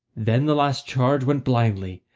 then the last charge went blindly,